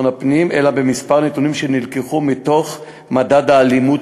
פנים אלא בכמה נתונים שנלקחו מתוך מדד האלימות